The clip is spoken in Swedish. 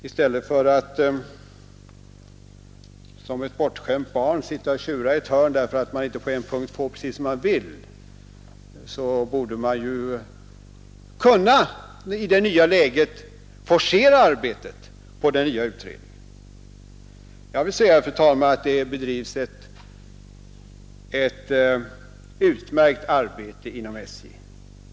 I stället för att som ett bortskämt barn sitta och tjura i ett hörn därför att man på en punkt inte får precis som man vill borde man i det nya läget kunna forcera arbetet på den nya utredningen. Det bedrivs, fru talman, ett utmärkt arbete inom SJ.